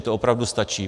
To opravdu stačí.